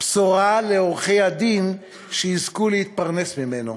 בשורה לעורכי-הדין שיזכו להתפרנס ממנו.